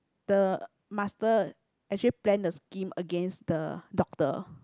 the master actually plan the scheme against the doctor